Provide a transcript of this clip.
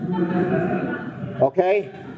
Okay